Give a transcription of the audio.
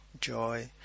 Joy